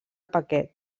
paquet